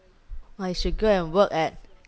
!wah! you should go and work at